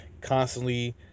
constantly